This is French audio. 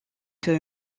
que